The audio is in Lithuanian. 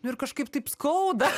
nu ir kažkaip taip skauda